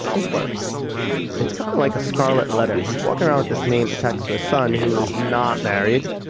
is worse it's kind of like a scarlet letter. he's walking around with this name attached to a son who is not married.